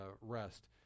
rest